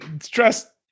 Stress